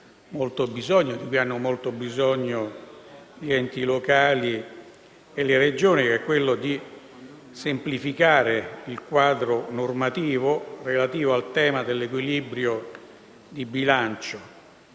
hanno molto bisogno gli enti locali e le Regioni. Mi riferisco alla semplificazione del quadro normativo relativo al tema dell'equilibrio di bilancio.